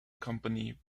company